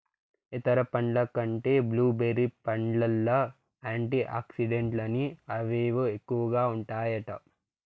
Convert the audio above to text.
ఇతర పండ్ల కంటే బ్లూ బెర్రీ పండ్లల్ల యాంటీ ఆక్సిడెంట్లని అవేవో ఎక్కువగా ఉంటాయట